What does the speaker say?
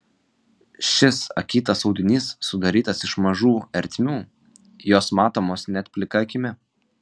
šis akytas audinys sudarytas iš mažų ertmių jos matomos net plika akimi